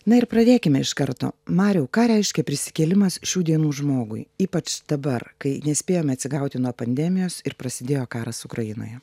na ir pradėkime iš karto mariau ką reiškia prisikėlimas šių dienų žmogui ypač dabar kai nespėjome atsigauti nuo pandemijos ir prasidėjo karas ukrainoje